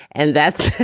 and that's